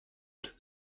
that